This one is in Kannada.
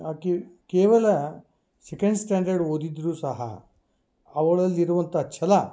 ಆಕೆ ಕೇವಲ ಸೆಕೆಂಡ್ ಸ್ಟ್ಯಾಂಡರ್ಡ್ ಓದಿದರೂ ಸಹ ಅವಳಲ್ಲಿರುವಂಥ ಛಲ